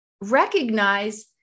recognize